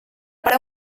per